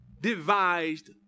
devised